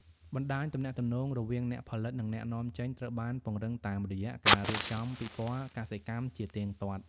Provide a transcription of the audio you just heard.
បណ្ដាញទំនាក់ទំនងរវាងអ្នកផលិត និងអ្នកនាំចេញត្រូវបានពង្រឹងតាមរយៈការរៀបចំពិព័រណ៍កសិកម្មជាទៀងទាត់។